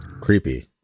Creepy